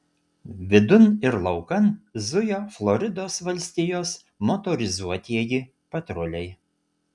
vidun ir laukan zujo floridos valstijos motorizuotieji patruliai